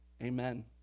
Amen